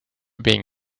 being